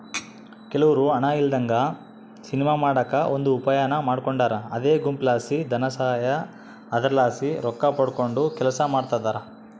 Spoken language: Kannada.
ಕೆಲವ್ರು ಹಣ ಇಲ್ಲದಂಗ ಸಿನಿಮಾ ಮಾಡಕ ಒಂದು ಉಪಾಯಾನ ಮಾಡಿಕೊಂಡಾರ ಅದೇ ಗುಂಪುಲಾಸಿ ಧನಸಹಾಯ, ಅದರಲಾಸಿ ರೊಕ್ಕಪಡಕಂಡು ಕೆಲಸ ಮಾಡ್ತದರ